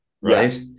Right